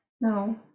no